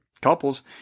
couples